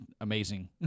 amazing